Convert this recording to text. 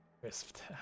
Crisped